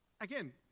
Again